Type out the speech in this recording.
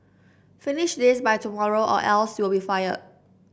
finish this by tomorrow or else you'll be fired